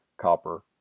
copper